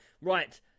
Right